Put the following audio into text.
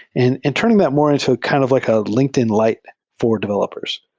and and turn ing that more into kind of like a linkedin light for developers.